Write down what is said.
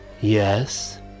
Yes